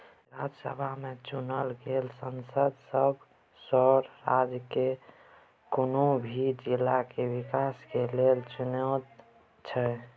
राज्यसभा में चुनल गेल सांसद सब सौसें राज्य केर कुनु भी जिला के विकास के लेल चुनैत छै